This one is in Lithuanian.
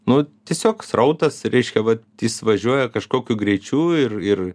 nu tiesiog srautas reiškia vat jis važiuoja kažkokiu greičiu ir ir